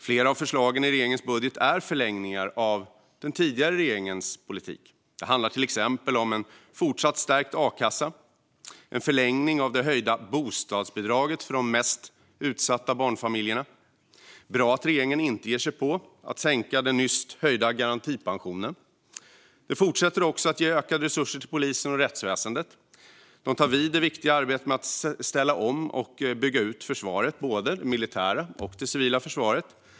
Flera av förslagen i regeringens budget är förlängningar av den tidigare regeringens politik. Det handlar till exempel om en fortsatt stärkt a-kassa och en förlängning av det höjda bostadsbidraget för de mest utsatta barnfamiljerna. Det är bra att regeringen inte ger sig på att sänka den nyss höjda garantipensionen. De fortsätter också att ge ökade resurser till polisen och rättsväsendet. De tar vid det viktiga arbetet med att ställa om och bygga ut försvaret - både det militära och det civila försvaret.